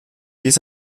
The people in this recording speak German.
des